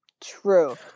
True